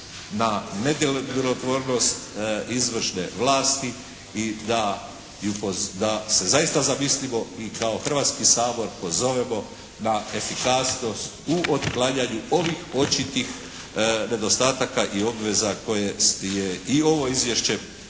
na nedjelotvornost izvršne vlasti i da se zaista zamislimo i kao Hrvatski sabor pozovemo na efikasnost u otklanjanju ovih očitih nedostataka i obveza koje je i ovo izvješće